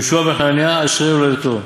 יהושע בן חנניה, אשרי יולדתו,